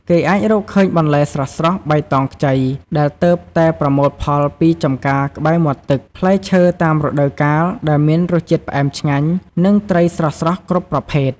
គេអាចរកឃើញបន្លែស្រស់ៗបៃតងខ្ចី ដែលទើបតែប្រមូលផលពីចំការក្បែរមាត់ទឹក ផ្លែឈើតាមរដូវកាលដែលមានរសជាតិផ្អែមឆ្ងាញ់ និងត្រីស្រស់ៗគ្រប់ប្រភេទ។